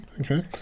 Okay